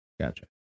Gotcha